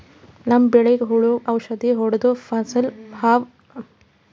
ನಮ್ಮ್ ಬೆಳಿಗ್ ಹುಳುದ್ ಔಷಧ್ ಹೊಡ್ದು ಫಸಲ್ ಹಾಳ್ ಆಗಾದ್ ತಡಿತಾರ್